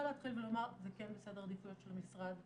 להתחיל ולומר שזה כן בסדר עדיפויות של המשרד.